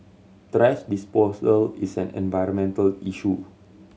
thrash disposal is an environmental issue